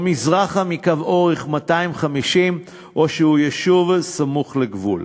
או מזרחה מקו אורך 250, או שהוא יישוב סמוך לגבול.